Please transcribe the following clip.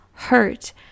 hurt